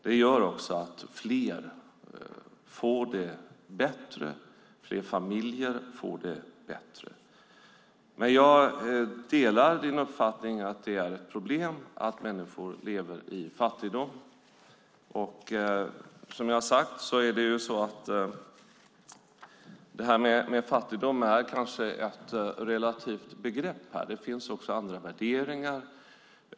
Det gör också att fler får det bättre. Fler familjer får det bättre. Men jag delar Magnus Ehrencronas uppfattning att det är ett problem att människor lever i fattigdom. Som jag har sagt är fattigdom kanske ett relativt begrepp. Det finns också andra värderingar.